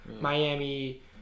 miami